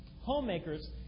homemakers